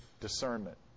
discernment